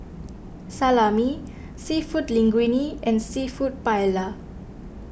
Salami Seafood Linguine and Seafood Paella